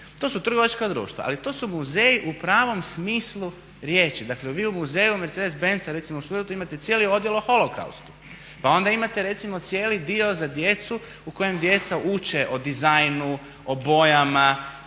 To su trgovačka društva, ali to su muzeji u pravom smislu riječi. Dakle vi u Muzeju Mercedes Benza u Stuttgartu imate cijeli odjel o Holokaustu, pa onda imate recimo cijeli dio za djecu u kojem djeca uče o dizajnu, o bojama,